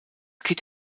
kit